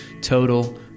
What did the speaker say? total